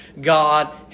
God